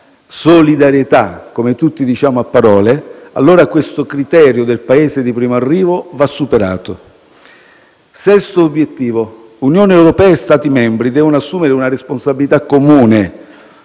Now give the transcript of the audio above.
- come tutti diciamo a parole - allora il criterio del Paese di primo arrivo va superato. Sesto obiettivo: l'Unione europea e gli Stati membri devono assumere una responsabilità comune